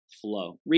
flow